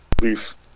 leaf